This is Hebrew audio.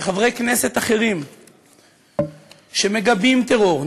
וחברי כנסת אחרים שמגבים טרור,